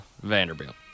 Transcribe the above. Vanderbilt